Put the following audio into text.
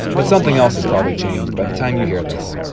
but something else has probably changed by the time you hear this.